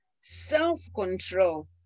self-control